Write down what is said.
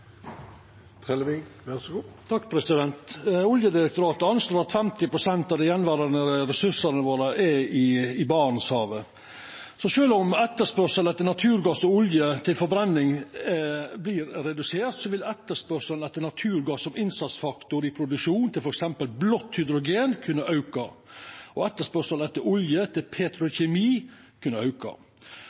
Oljedirektoratet anslår at 50 pst. av dei gjenverande ressursane våre er i Barentshavet. Så sjølv om etterspørselen etter naturgass og olje til forbrenning blir redusert, vil etterspørselen etter naturgass som innsatsfaktor i produksjonen til f.eks. blått hydrogen, kunna auka og etterspørselen etter olje til petrokjemi kunna auka.